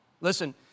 Listen